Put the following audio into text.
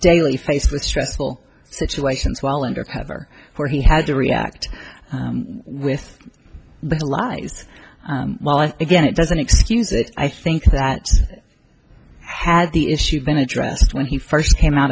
daily faced with stressful situations while under cover where he had to react with the lives again it doesn't excuse it i think that had the issue been addressed when he first came out